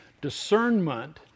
Discernment